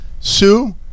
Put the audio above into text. Sue